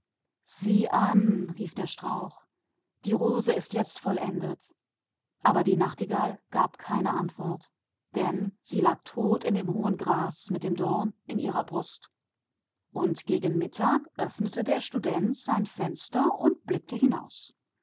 sieh sieh rief der rosenstrauch nun ist die rose fertig aber die nachtigall gab keine antwort denn sie lag tot im hohen gras mit dem dorn im herzen um mittag öffnete der student sein fenster und blickte hinaus